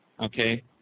Okay